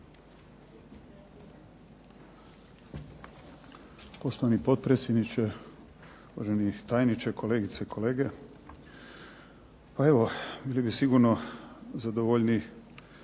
Poštovani potpredsjedniče, uvaženi tajniče, kolegice i kolege. Pa evo bio bih sigurno zadovoljniji